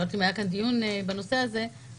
אני לא יודעת אם היה כאן דיון בנושא הזה אבל